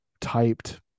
typed